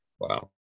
Wow